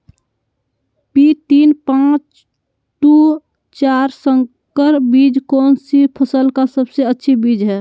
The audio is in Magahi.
पी तीन पांच दू चार संकर बीज कौन सी फसल का सबसे अच्छी बीज है?